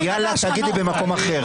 "יאללה" תגידי במקום אחר.